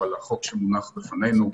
אבל החוק שמונח לפנינו,